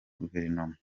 guverinoma